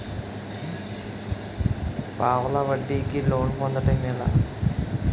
పావలా వడ్డీ కి లోన్ పొందటం ఎలా?